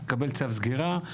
יקבל צו סגירה,